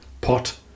pot